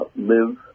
live